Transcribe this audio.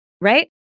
right